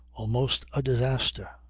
almost a disaster.